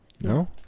no